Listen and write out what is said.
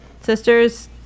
sisters